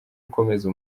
gukomeza